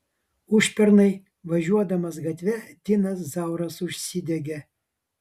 užpernai važiuodamas gatve dinas zauras užsidegė